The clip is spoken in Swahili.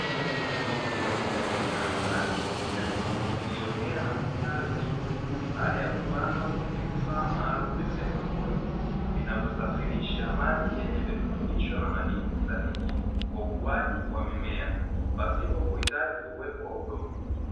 Miche yenye muonekano wa rangi ya kijani iliyomea na kustawi vizuri, baada ya kupandwa kwenye vifaa maalumu vya haidroponi, vinavyosafirisha maji yenye virutubisho na madini stahiki kwa ukuaji wa mimea pasipo kuhitaji uwepo wa udongo.